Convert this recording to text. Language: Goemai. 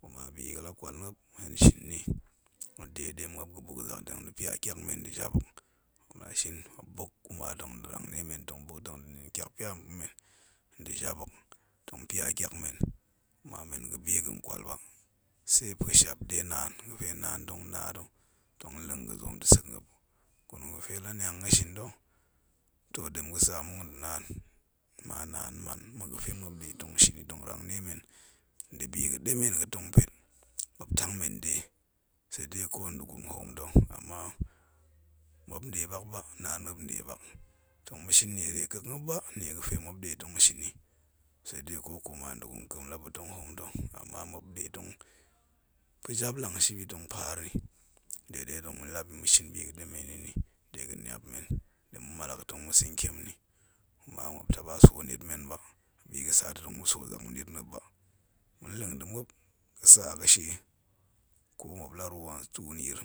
Kuma bi ga̱la kwal muop, hen shin ni, maɗe ɗe muop ga̱ buk yi zak da-shin ni tong da̱ pya tyak men nda̱ jap mu, muop la shin muop buk kuma tong da̱ nin tyakpya pa̱men nda̱ jap hok, tong pya tyak men, kuma men ga̱bi ga̱n kwa ba, tse a puco shap de naan ga̱fe naan dong na te tong leng ga̱ zoom nsak gurum ga̱fe baniang ga̱ shin ta̱ too ɗem ga̱tsa muk nda̱ naan, kuma naan man ma̱ ga̱fe muop nɗe tong shin yi tong tangnie men nda̱ biga̱ɗemen ba tong pet, muop tang men de, tse dei ko nda̱ gurum hoom to̱, ama muop nde bak ba naa, muop nɗe ɓak, tong shin niere kek muop ba, nnie ga̱fe muop nɗe tong shin yi, tse dei ko kuma nda̱ gurum ga̱kem la nɗe tong hoom ta̱ ama muop nɗe tong pa̱ jap lang ship yi tong paar nnie ɗe ɗe lang tong ma̱lap yi ma̱shin baiga̱ɗemen yi nni, dega̱ niap men, ɗema̱ mallak yi tong ma̱ sa̱ntiem yinni, kuma muop taɓa swo nietmen ba, bi ga̱ sata̱ tong ma̱suu tong ma̱niet muop ba, ma̱nleng nda̱ muop ga̱ tsa ga̱shie, ko muop la ruwo a tuun nyir